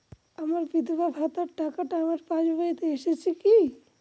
আমার বিধবা ভাতার টাকাটা আমার পাসবইতে এসেছে কি?